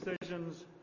Decisions